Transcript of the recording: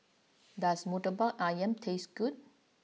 does Murtabak Ayam taste good